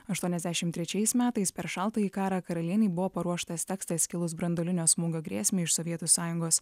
aštuoniasdešim trečiais metais per šaltąjį karą karalienei buvo paruoštas tekstas kilus branduolinio smūgio grėsmei iš sovietų sąjungos